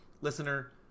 Listener